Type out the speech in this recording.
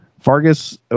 Vargas